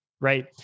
Right